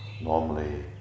normally